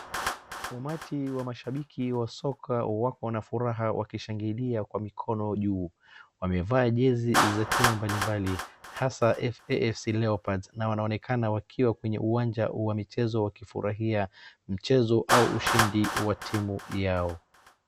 Umati wa mashabiki wasoka wako na furaha wakishangilia kwa mikono juu. Wamevaa jezi za timu mbalimbali hasa AFC leopard na wanaonekana wakiwa kwenye uwanja wa michezo wakifurahia mchezo au ushindi wa timu yao.